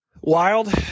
Wild